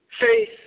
faith